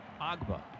Agba